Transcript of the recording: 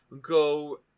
go